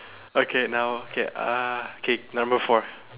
okay now okay uh okay number four